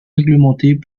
réglementées